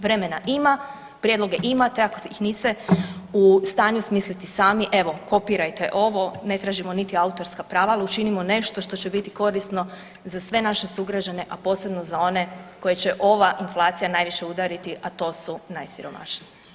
Vremena ima, prijedloge imate ako ih niste u stanju smisliti sami, evo kopirajte ovo ne tražimo niti autorska prava, ali učinimo nešto što će biti korisno za sve naše sugrađane, a posebno za one koje će ova inflacija najviše udariti, a to su najsiromašniji.